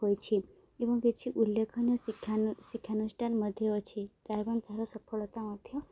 ହୋଇଛି ଏବଂ କିଛି ଉଲ୍ଲେଖନୀୟ ଶିକ୍ଷାନୁ ଶିକ୍ଷାନୁଷ୍ଠାନ ମଧ୍ୟ ଅଛି ତାର ଏବଂ ତାହାର ସଫଳତା ମଧ୍ୟ